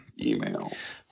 emails